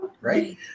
right